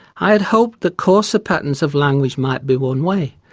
i had hoped that coarser patterns of language might be one way.